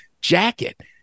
jacket